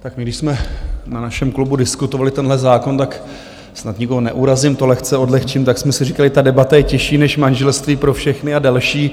Tak když my jsme na našem klubu diskutovali tenhle zákon tak snad nikoho neurazím, to lehce odlehčím tak jsme si říkali, ta debata je těžší než manželství pro všechny a další.